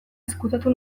ezkutatu